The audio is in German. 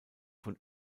von